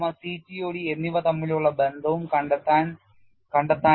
J CTOD എന്നിവ തമ്മിലുള്ള ബന്ധവും കണ്ടെത്താനും കഴിയും